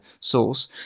source